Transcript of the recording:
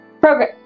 program